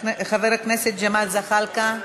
חבר הכנסת ג'מאל זחאלקה,